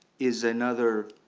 is another